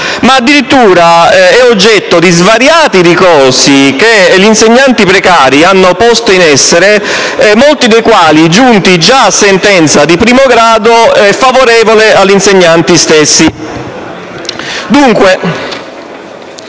ma addirittura è oggetto di svariati ricorsi che gli insegnanti precari hanno posto in essere, molti dei quali giunti già a sentenza di primo grado favorevole agli insegnanti stessi.